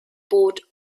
bought